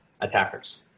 attackers